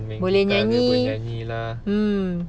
boleh nyanyi mm